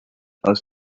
aus